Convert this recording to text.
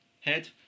head